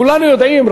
כולנו יודעים,